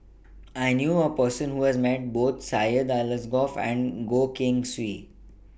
I knew A Person Who has Met Both Syed Alsagoff and Goh Keng Swee